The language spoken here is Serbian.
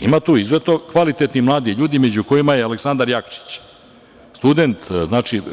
Ima tu izuzetno kvalitetnih mladih ljudi, među kojima je Aleksandar Jakšić, student,